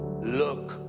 look